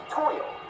toil